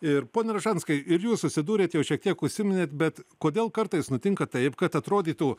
ir pone ražanskai ir jūs susidūrėt jau šiek tiek užsiminėt bet kodėl kartais nutinka taip kad atrodytų